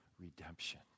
redemption